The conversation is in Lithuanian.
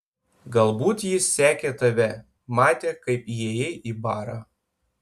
galbūt jis sekė tave matė kaip įėjai į barą